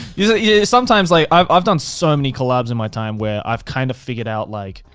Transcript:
yeah yeah sometimes, like, i've i've done so many collabs in my time where i've kind of figured out, like,